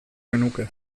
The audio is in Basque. genuke